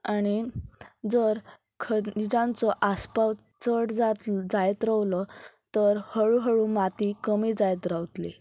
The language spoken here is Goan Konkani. आनी जर खनिजांचो आसपाव चड जात जायत रावलो तर हळुहळू माती कमी जायत रावतली